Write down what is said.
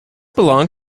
belong